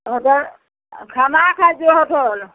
hotel खाना खाइ छिए होटल